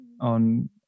on